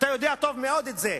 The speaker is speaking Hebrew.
אתה יודע טוב מאוד את זה,